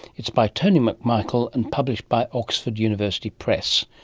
it's by tony mcmichael and published by oxford university press.